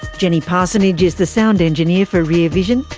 jenny parsonage is the sound engineer for rear vision.